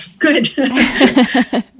good